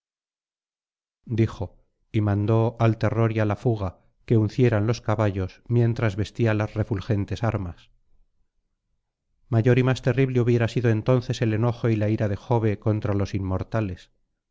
dijo y mandó al terror y á la fuga que uncieran los caballos mientras vestía las refulgentes armas mayor y más terrible hubiera sido entonces el enojo y la ira de jove contra los inmortales